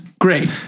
Great